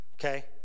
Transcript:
Okay